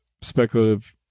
speculative